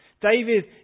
David